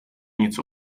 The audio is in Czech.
něco